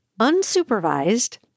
unsupervised